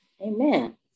Amen